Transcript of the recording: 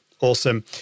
awesome